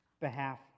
behalf